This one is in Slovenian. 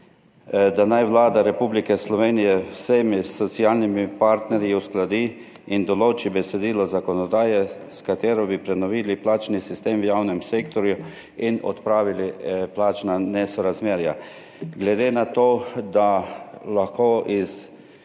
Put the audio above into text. da naj Vlada Republike Slovenije z vsemi socialnimi partnerji uskladi in določi besedilo zakonodaje, s katero bi prenovili plačni sistem v javnem sektorju in odpravili plačna nesorazmerja. Glede na to, da lahko iz